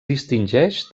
distingeix